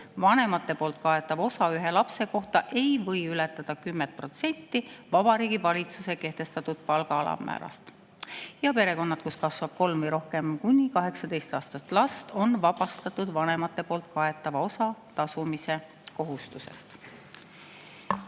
Vanemate poolt kaetav osa ühe lapse kohta ei või ületada 10 protsenti Vabariigi Valitsuse kehtestatud palga alammäärast. Perekonnad, kus kasvab kolm või rohkem kuni 18-aastast last, on vabastatud vanemate poolt kaetava osa tasumise kohustusest."